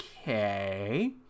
Okay